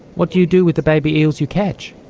what do you do with the baby eels you catch?